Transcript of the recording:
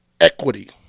equity